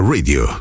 Radio